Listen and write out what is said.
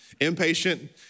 Impatient